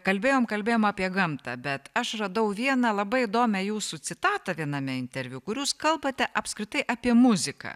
kalbėjom kalbėjom apie gamtą bet aš radau vieną labai įdomią jūsų citatą viename interviu kur jūs kalbate apskritai apie muziką